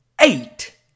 Eight